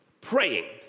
praying